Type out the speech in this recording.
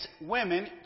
women